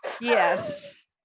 Yes